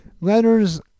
Letters